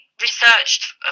researched